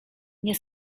nie